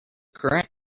current